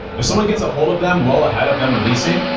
if someone gets ahold of them well ahead of them releasing,